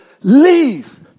leave